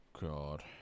God